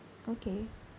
okay